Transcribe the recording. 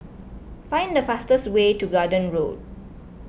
find the fastest way to Garden Road